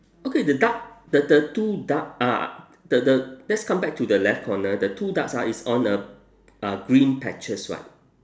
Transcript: okay the duck the the two duck ah the the let's come back to the left corner the two ducks ah is on a uh green patches right